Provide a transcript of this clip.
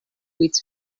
with